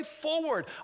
forward